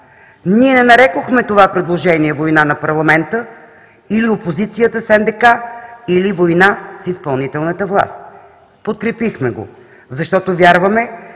Ние не нарекохме това предложение война на парламента, или опозицията с НДК, или война с изпълнителната власт. Подкрепихме го, защото вярваме,